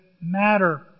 matter